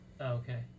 okay